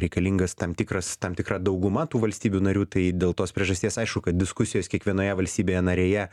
reikalingas tam tikras tam tikra dauguma tų valstybių narių tai dėl tos priežasties aišku kad diskusijos kiekvienoje valstybėje narėje